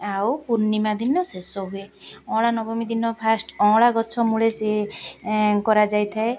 ଆଉ ପୂର୍ଣ୍ଣିମା ଦିନ ଶେଷ ହୁଏ ଅଁଳା ନବମୀ ଦିନ ଫାର୍ଷ୍ଟ ଅଁଳା ଗଛମୂଳେ ସିଏ କରାଯାଇଥାଏ